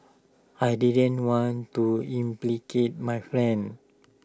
I didn't want to implicate my friend